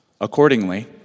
Accordingly